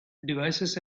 devices